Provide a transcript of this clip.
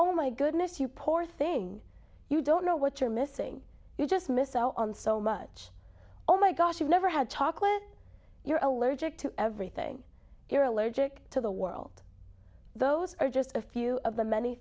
oh my goodness you poor thing you don't know what you're missing you just miss out on so much oh my gosh you've never had chocolate you're allergic to everything you're allergic to the world those are just a few of the many